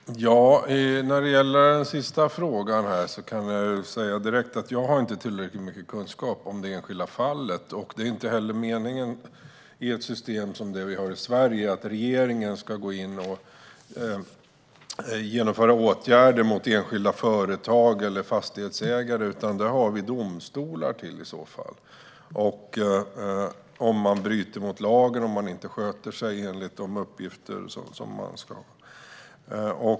Fru talman! När det gäller den sista frågan kan jag direkt säga: Jag har inte tillräckligt mycket kunskap om det enskilda fallet. Det är inte heller meningen i ett system som det vi har i Sverige att regeringen ska gå in och vidta åtgärder mot enskilda företag eller fastighetsägare om de bryter mot lagen och om de inte sköter sig som de ska, utan det har vi domstolar till.